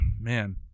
man